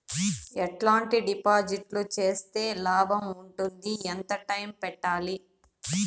ఎట్లాంటి డిపాజిట్లు సేస్తే లాభం ఉంటుంది? ఎంత టైము పెట్టాలి?